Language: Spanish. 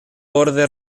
borde